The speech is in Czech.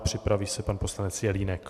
Připraví se pan poslanec Jelínek.